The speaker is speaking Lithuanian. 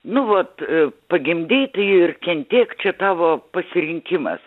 nu vat pagimdei tai ir kentėk čia tavo pasirinkimas